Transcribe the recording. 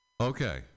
Okay